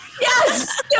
Yes